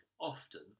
often